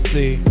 See